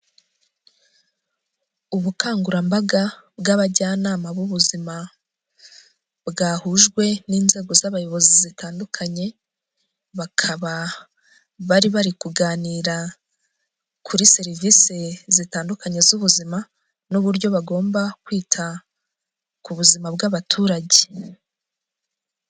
Ubukangurambaga bw'abajyanama b'ubuzima bwahujwe n'inzego z'abayobozi zitandukanye, bakaba bari bari kuganira kuri serivisi zitandukanye z'ubuzima, n'uburyo bagomba kwita ku buzima bw'abaturage.